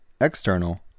external